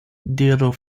diru